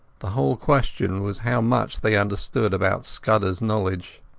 the whole question was how much they understood about scudderas knowledge.